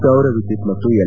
ಸೌರ ವಿದ್ಲುತ್ ಮತ್ತು ಎಲ್